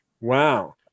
Wow